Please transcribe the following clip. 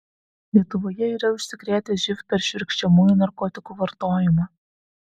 lietuvoje yra užsikrėtę živ per švirkščiamųjų narkotikų vartojimą